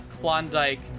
Klondike